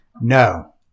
No